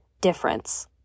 difference